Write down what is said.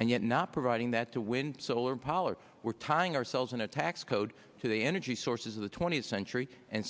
and yet not providing that to wind solar power we're tying ourselves in a tax code to the energy sources of the twentieth century and